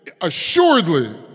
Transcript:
assuredly